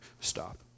stop